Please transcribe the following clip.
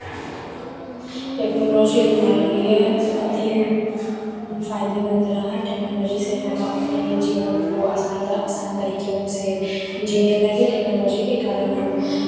technology हमारे लिए अति फ़ायदेमंद रहा है टेक्नोलॉजी से हम अपने जीवन को आसानी आसान तरीकों से जीने लगे टेक्नोलॉजी के कारण हम